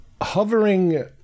Hovering